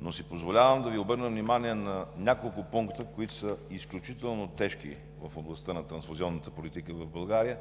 но си позволявам да обърна внимание на няколко пункта, които са изключително тежки в областта на трансфузионната политика в България,